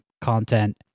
content